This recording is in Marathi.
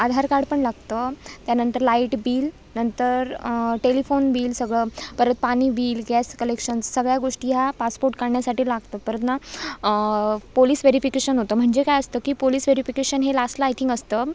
आधार कार्ड पण लागतं त्यानंतर लाईट बील नंतर टेलिफोन बिल सगळं परत पाणी बील गॅस कलेक्शन्स सगळ्या गोष्टी ह्या पासपोट काढण्यासाठी लागतं परत ना पोलिस वेरीफिकेशन होतं म्हणजे काय असतं की पोलिस वेरीफिकेशन हे लास्टला आय थिंक असतं